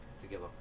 together